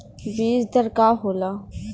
बीज दर का होला?